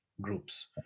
groups